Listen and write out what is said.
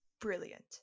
Brilliant